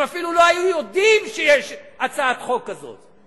הם אפילו לא היו יודעים שיש הצעת חוק כזאת.